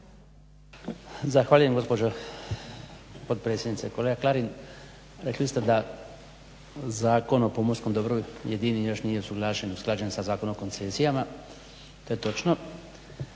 Zahvaljujem gospođo potpredsjednice. Kolega Klarin rekli ste da Zakon o pomorskom dobru jedini još nije usuglašen i usklađen sa Zakonom o koncesijama. To je točno.